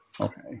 Okay